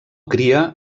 cria